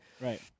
Right